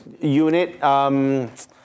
unit